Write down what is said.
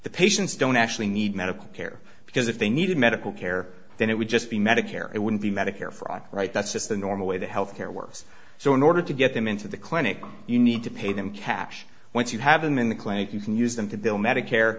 the patients don't actually need medical care because if they needed medical care then it would just be medicare it wouldn't be medicare fraud right that's just the normal way that health care works so in order to get them into the clinic you need to pay them cash once you have them in the clinic you can use them to deal medicare